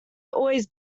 always